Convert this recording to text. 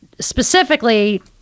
specifically